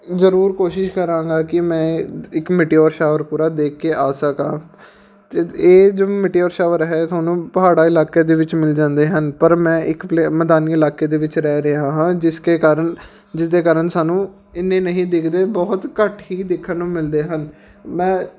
ਜ਼ਰੂਰ ਕੋਸ਼ਿਸ਼ ਕਰਾਂਗਾ ਕਿ ਮੈਂ ਇੱਕ ਮਿਟੇਔਰ ਸ਼ਾਵਰ ਪੂਰਾ ਦੇਖ ਕੇ ਆ ਸਕਾਂ ਅਤੇ ਇਹ ਜੋ ਮਿਟੇਔਰ ਸ਼ਾਵਰ ਹੈ ਤੁਹਾਨੂੰ ਪਹਾੜਾਂ ਇਲਾਕੇ ਦੇ ਵਿੱਚ ਮਿਲ ਜਾਂਦੇ ਹਨ ਪਰ ਮੈਂ ਇੱਕ ਪਲੇ ਮੈਦਾਨੀ ਇਲਾਕੇ ਦੇ ਵਿੱਚ ਰਹਿ ਰਿਹਾ ਹਾਂ ਜਿਸਕੇ ਕਾਰਨ ਜਿਸਦੇ ਕਾਰਨ ਸਾਨੂੰ ਇੰਨੇ ਨਹੀਂ ਦਿਖਦੇ ਬਹੁਤ ਘੱਟ ਹੀ ਦੇਖਣ ਨੂੰ ਮਿਲਦੇ ਹਨ ਮੈਂ